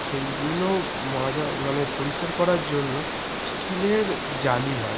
সেইগুলো মাজা মানে পরিষ্কার করার জন্য স্টিলের জালি হয়